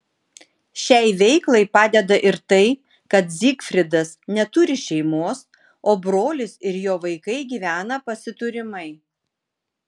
šiai veiklai padeda ir tai kad zygfridas neturi šeimos o brolis ir jo vaikai gyvena pasiturimai